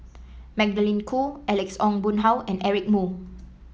Magdalene Khoo Alex Ong Boon Hau and Eric Moo